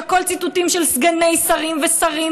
זה הכול ציטוטים של סגני שרים ושרים